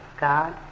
God